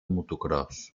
motocròs